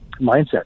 mindset